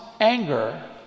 anger